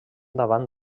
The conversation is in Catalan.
davant